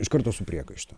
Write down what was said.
iš karto su priekaištu